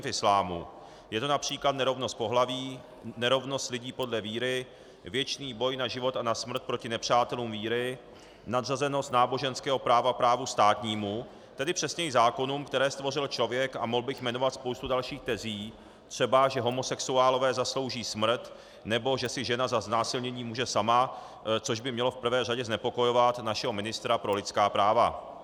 Je to například nerovnost pohlaví, nerovnost lidí podle víry, věčný boj na život a na smrt proti nepřátelům víry, nadřazenost náboženského práva právu státnímu, tedy přesněji zákonům, které stvořil člověk, a mohl bych jmenovat spoustu dalších tezí, třeba že homosexuálové zaslouží smrt nebo že si žena za znásilnění může sama, což by mělo v prvé řadě znepokojovat našeho ministra pro lidská práva.